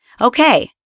okay